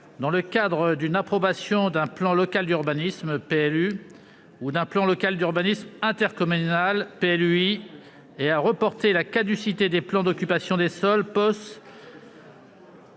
dans le cadre d'une approbation d'un plan local d'urbanisme (PLU) ou d'un plan local d'urbanisme intercommunal (PLUi) et à reporter la caducité des plans d'occupation des sols (POS),